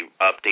update